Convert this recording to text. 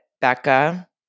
Becca